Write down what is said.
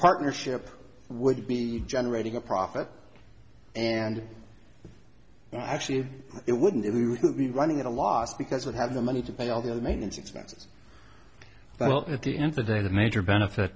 partnership would be generating a profit and well actually it wouldn't be running at a loss because would have the money to pay all the other maintenance expenses well at the end today the major benefit